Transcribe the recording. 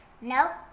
No